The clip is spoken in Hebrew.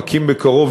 אקים בקרוב,